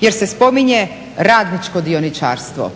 jer se spominje radničko dioničarstvo.